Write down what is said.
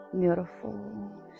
Beautiful